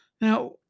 Now